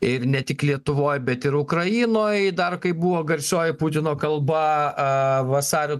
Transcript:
ir ne tik lietuvoj bet ir ukrainoj dar kaip buvo garsioji putino kalba a vasario